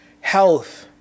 Health